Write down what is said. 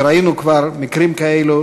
וראינו כבר מקרים כאלה,